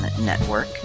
network